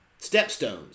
Stepstones